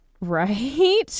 Right